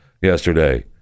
yesterday